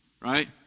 right